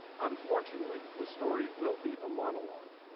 unfortunately the story will be a monologue.